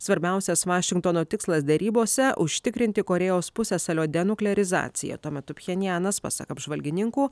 svarbiausias vašingtono tikslas derybose užtikrinti korėjos pusiasalio denuklerizaciją tuo metu pjenjanas pasak apžvalgininkų